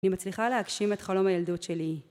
אני מצליחה להגשים את חלום הילדות שלי